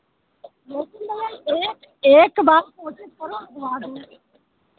लेकिन भैया एक एक बार कोशिश करो रुकवा दो